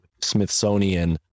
Smithsonian